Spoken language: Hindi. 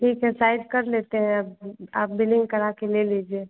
ठीक है साइड कर लेते हैं अब आप बिलिन्ग करा कर ले लीजिए